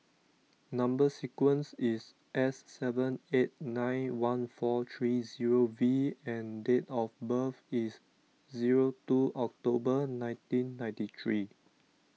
Number Sequence is S seven eight nine one four three zero V and date of birth is zero two October nineteen ninety three